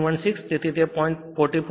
16 તેથી 0